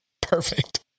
Perfect